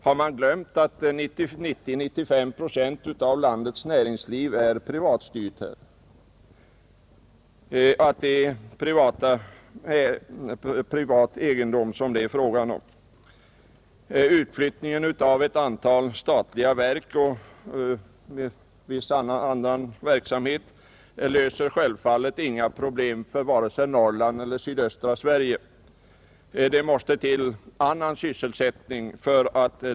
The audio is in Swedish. Har man glömt att 90—95 procent av landets näringsliv är privatstyrt, att det där är fråga om privat egendom? Utflyttningen av ett antal statliga verk och viss annan verksamhet löser självfallet inga problem för vare sig Norrland eller sydöstra Sverige. Det måste till annan sysselsättning.